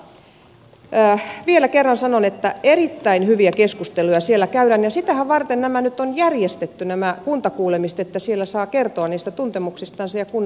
mutta vielä kerran sanon että erittäin hyviä keskusteluja siellä käydään ja sitä vartenhan nämä kuntakuulemiset nyt on järjestetty että siellä saa kertoa niistä tuntemuksistansa ja kunnat voivat vaikuttaa